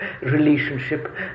relationship